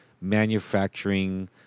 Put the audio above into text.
manufacturing